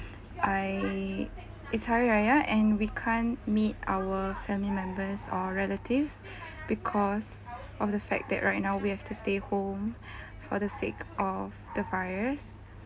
I it's hari raya and we can't meet our family members or relatives because of the fact that right now we have to stay home for the sake of the virus